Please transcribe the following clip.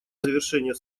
завершения